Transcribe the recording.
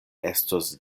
estos